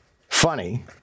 funny